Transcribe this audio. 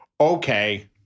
Okay